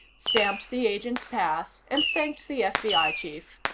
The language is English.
stamped the agent's pass and thanked the fbi chief.